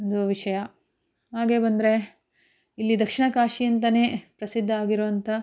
ಒಂದು ವಿಷಯ ಹಾಗೆ ಬಂದರೆ ಇಲ್ಲಿ ದಕ್ಷಿಣ ಕಾಶಿ ಅಂತಲೇ ಪ್ರಸಿದ್ಧ ಆಗಿರುವಂಥ